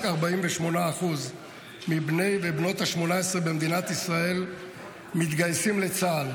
48% מבני ובנות ה-18 במדינת ישראל מתגייסים לצה"ל.